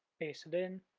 paste it in,